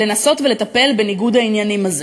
לנסות ולטפל בניגוד העניינים הזה.